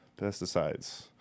pesticides